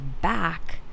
back